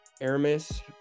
Aramis